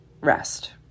rest